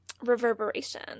reverberation